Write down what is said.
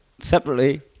separately